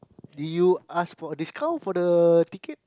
did you ask for a discount for the ticket